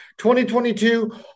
2022